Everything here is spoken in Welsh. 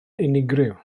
unigryw